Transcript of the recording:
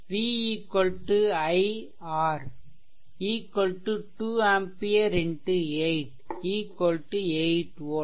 v i R 2 ampere x 4 8 volt